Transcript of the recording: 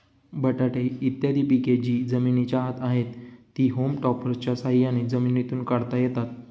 बटाटे इत्यादी पिके जी जमिनीच्या आत आहेत, ती होम टॉपर्सच्या साह्याने जमिनीतून काढता येतात